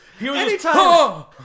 Anytime